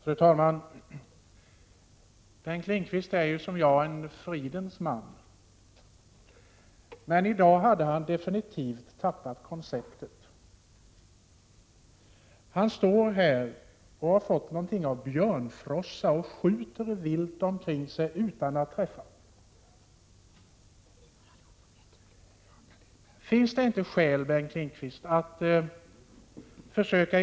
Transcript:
Fru talman! Bengt Lindqvist är ju liksom jag en fridens man. Men i dag har han definitivt tappat konceptet. Han har fått något av björnfrossa och skjuter vilt omkring sig utan att träffa. Finns det inte skäl, Bengt Lindqvist, att försöka